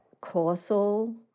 causal